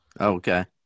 Okay